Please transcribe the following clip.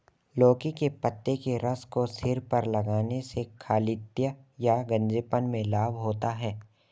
लौकी के पत्ते के रस को सिर पर लगाने से खालित्य या गंजेपन में लाभ होता है